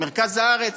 מרכז הארץ.